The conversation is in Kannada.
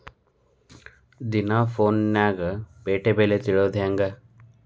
ದಿನಾ ಫೋನ್ಯಾಗ್ ಪೇಟೆ ಬೆಲೆ ತಿಳಿಯೋದ್ ಹೆಂಗ್?